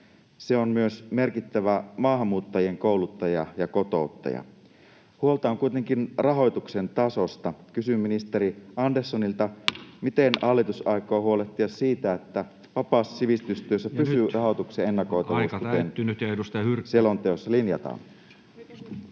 Se on myös merkittävä maahanmuuttajien kouluttaja ja kotouttaja. Huolta on kuitenkin rahoituksen tasosta. Kysyn ministeri Anderssonilta: miten hallitus aikoo huolehtia siitä, että vapaassa sivistystyössä pysyy rahoituksen ennakoitavuus, [Puhemies: Nyt on